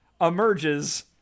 emerges